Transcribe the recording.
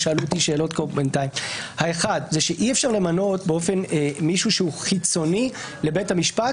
אי אפשר למנות מישהו שהוא חיצוני לבית המשפט